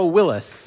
Willis